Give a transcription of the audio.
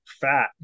fat